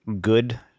good